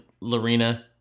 Lorena